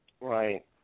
Right